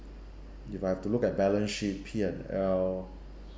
if I have to look at balance sheet p and l